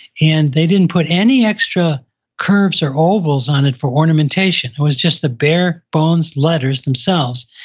and they didn't put any extra curves or ovals on it for ornamentation. it was just the bare bones letters themselves.